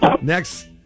Next